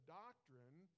doctrine